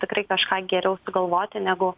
tikrai kažką geriau sugalvoti negu